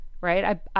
right